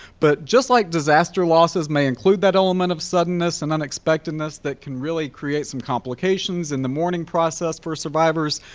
but just like disaster losses may include that element of suddenness and unexpectedness that can really create some complications in the mourning process for survivors,